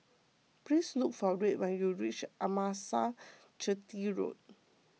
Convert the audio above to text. please look for Red when you reach Amasalam Chetty Road